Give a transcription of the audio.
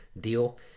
deal